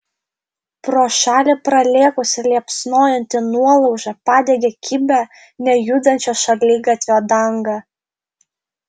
pro šalį pralėkusi liepsnojanti nuolauža padegė kibią nejudančio šaligatvio dangą